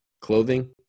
clothing